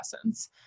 essence